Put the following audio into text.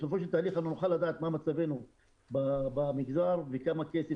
בסופו של תהליך אנו נוכל לדעת מה מצבנו במגזר וכמה כסף